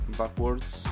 backwards